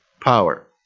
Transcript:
power